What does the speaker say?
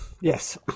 Yes